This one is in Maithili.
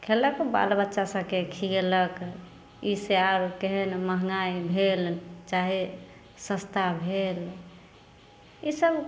खेलक बाल बच्चा सबके खियेलक ई से केहन महँगाइ भेल चाहे सस्ता भेल ई सब